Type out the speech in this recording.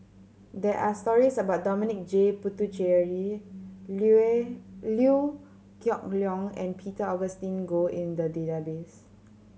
there are stories about Dominic J Puthucheary Liew Geok Leong and Peter Augustine Goh in the database